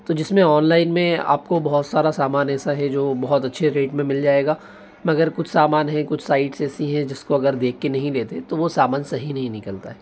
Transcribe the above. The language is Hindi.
तो जिसमें ऑनलाइन में आपको बहुत सारा सामान ऐसा है जो बहुत अच्छे रेट में मिल जाएगा मगर कुछ सामान है कुछ साइट्स ऐसी हैं जिसको अगर देखके नहीं लेते तो वह सामान सही नहीं निकलता है